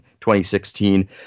2016